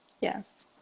Yes